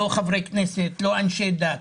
לא חברי כנסת, לא אנשי דת.